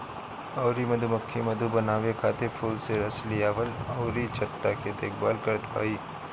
अउरी मधुमक्खी मधु बनावे खातिर फूल से रस लियावल अउरी छत्ता के देखभाल करत हई